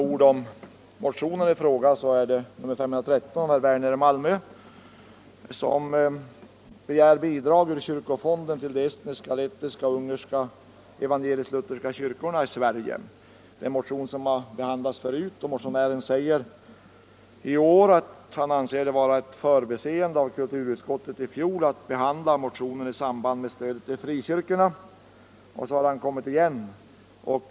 I motionen, nr 513 av herr Werner i Malmö, begärs bidrag ur kyrkofonden till de estniska, lettiska och ungerska evangelisk-lutherska kyrkorna i Sverige. En liknande motion har behandlats förut. Motionären säger i år att han anser att det var ett förbiseende av kulturutskottet i fjol att behandla motionen i samband med frågan om stödet till frikyrkorna.